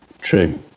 True